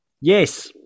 yes